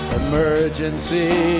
emergency